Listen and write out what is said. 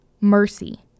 Mercy